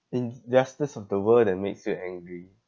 injustice of the world that makes you angry